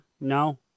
No